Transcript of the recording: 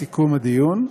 בסיכום הדיון,